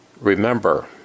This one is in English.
Remember